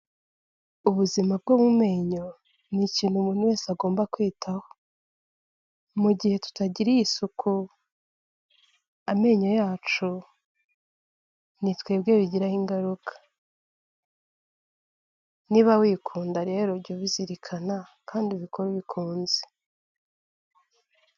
Ubuzima bwo mu menyo ni ikintu umuntu wese agomba kwitaho, mu gihe tutagiriye isuku amenyo yacu ni twebwe bigiraho ingaruka, niba wikunda rero, jya ubizirikana kandi ubikore ubikunze.